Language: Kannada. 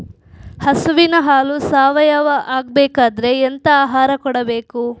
ಹಸುವಿನ ಹಾಲು ಸಾವಯಾವ ಆಗ್ಬೇಕಾದ್ರೆ ಎಂತ ಆಹಾರ ಕೊಡಬೇಕು?